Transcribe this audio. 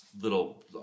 little